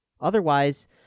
Otherwise